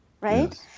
right